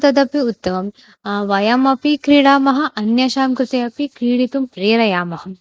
तदपि उत्तमं वयमपि क्रीडामः अन्येषां कृते अपि क्रीडितुं प्रेरयामः